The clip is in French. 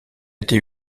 été